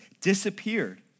disappeared